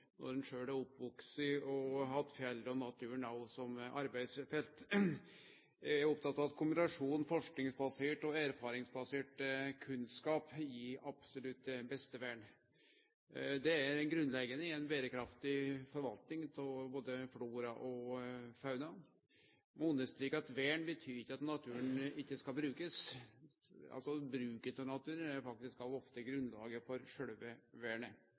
når ein sjølv er vaksen opp med fjell og naturen som arbeidsfelt. Eg er oppteken av at kombinasjonen forskingsbasert og erfaringsbasert kunnskap absolutt gir det beste vernet. Det er grunnleggjande i ei berekraftig forvalting av både flora og fauna. Vern betyr ikkje at naturen ikkje skal brukast. Bruk av naturen er faktisk ofte grunnlaget for sjølve vernet.